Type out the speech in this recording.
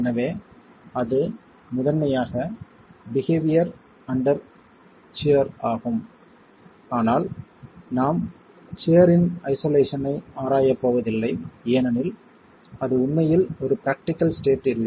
எனவே அது முதன்மையாக பிஹேவியர் அண்டர் சியர் ஆகும் ஆனால் நாம் சியர் இன் ஐசொலேஷன் ஐ ஆராயப் போவதில்லை ஏனெனில் அது உண்மையில் ஒரு பிரக்டிகல் ஸ்டேட் இல்லை